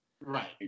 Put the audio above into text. right